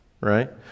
right